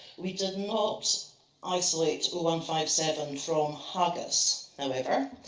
we did not isolate o one five seven from haggis however.